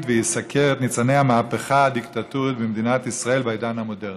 ויסקר את ניצני המהפכה הדיקטטורית במדינת ישראל בעידן המודרני.